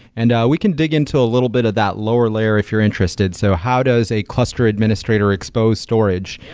and we can dig into a little bit of that lower layer if you're interested. so how does a cluster administrator expose storage?